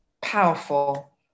powerful